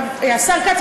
השר כץ,